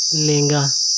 ᱞᱮᱝᱜᱟ